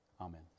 Amen